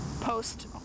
post